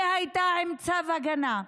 היא הייתה עם צו הגנה,